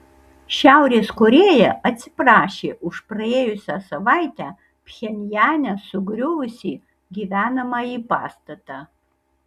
šiaurės korėja atsiprašė už praėjusią savaitę pchenjane sugriuvusį gyvenamąjį pastatą